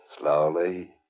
Slowly